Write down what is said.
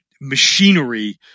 machinery